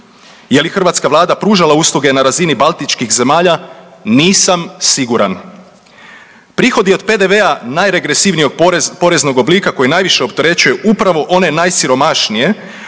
Jeli hrvatska Vlada pružala usluge na razini baltičkih zemalja nisam siguran. Prihodi od PDV-a najregresivnijeg poreznog oblika, koji najviše opterećuje upravo one najsiromašnije,